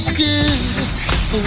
good